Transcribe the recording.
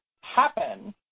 happen